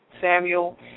Samuel